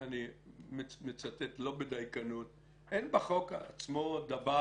מצטט לא בדייקנות - דבר